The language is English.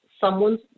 someone's